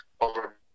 over